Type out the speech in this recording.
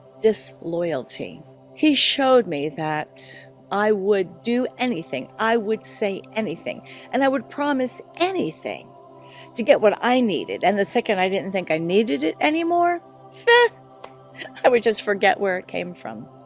disloyalty he showed me that i would do anything i would say anything and i would promise anything to get what i needed and the second i didn't think i needed it anymore i, would just forget where it came from